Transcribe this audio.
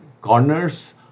corners